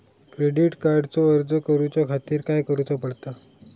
Credit कार्डचो अर्ज करुच्या खातीर काय करूचा पडता?